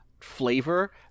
flavor